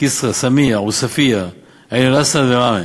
כסרא-סמיע, עוספיא, עין-אל-אסד וראמה.